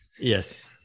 Yes